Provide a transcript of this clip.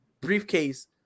briefcase